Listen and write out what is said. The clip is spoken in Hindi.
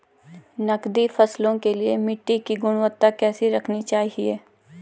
नकदी फसलों के लिए मिट्टी की गुणवत्ता कैसी रखनी चाहिए?